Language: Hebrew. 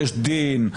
יש דין,